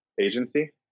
agency